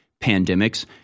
pandemics